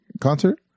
concert